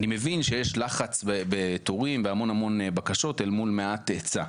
אני מבין שיש לחץ בתורים והמון בקשות אל מול מעט היצע,